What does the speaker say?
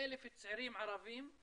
50,000 צעירים ערבים,